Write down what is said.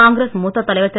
காங்கிரஸ் மூத்த தலைவர் திரு